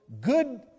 good